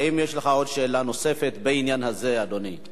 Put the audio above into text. האם יש לך עוד שאלה נוספת בעניין הזה, אדוני?